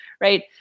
Right